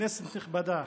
כנסת נכבדה.